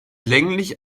länglich